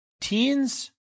teens